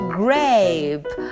grape